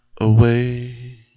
away